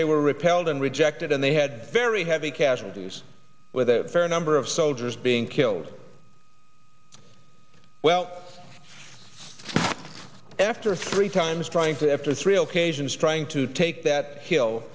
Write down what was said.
they were repelled and rejected and they had very heavy casualties with a fair number of soldiers being killed well after three times trying to after three occasions trying to take that h